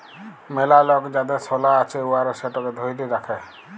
ম্যালা লক যাদের সলা আছে উয়ারা সেটকে ধ্যইরে রাখে